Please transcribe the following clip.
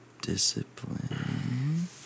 Discipline